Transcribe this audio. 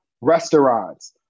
restaurants